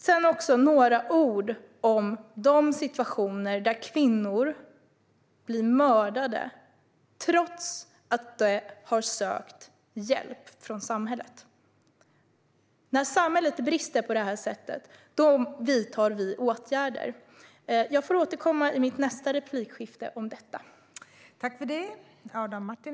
Jag vill också säga några ord om de situationer där kvinnor blir mördade, trots att de har sökt hjälp från samhället. När samhället brister på det här sättet vidtar vi åtgärder. Jag får återkomma om detta i nästa replik.